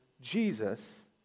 Jesus